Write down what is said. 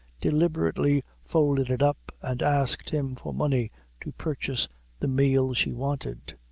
deliberately folded it up, and asked him for money to purchase the meal she wanted.